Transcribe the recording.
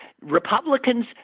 Republicans